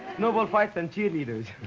snowball fights and cheerleaders!